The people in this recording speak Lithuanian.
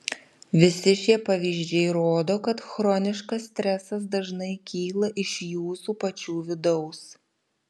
visi šie pavyzdžiai rodo kad chroniškas stresas dažnai kyla iš jūsų pačių vidaus